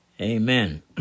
Amen